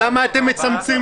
למה אתם מצמצמים?